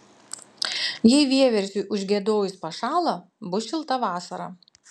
jei vieversiui užgiedojus pašąla bus šilta vasara